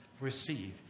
receive